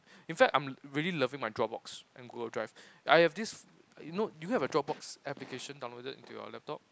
in fact I'm really loving my Dropbox and Google Drive I have this you know do you have a Dropbox application downloaded into your laptop